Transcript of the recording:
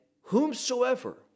whomsoever